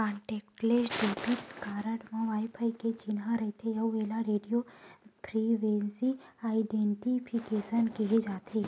contactless debit card म wifi के चिन्हा रहिथे अउ एला रेडियो फ्रिवेंसी आइडेंटिफिकेसन केहे जाथे